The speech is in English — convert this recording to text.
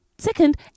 Second